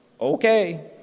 okay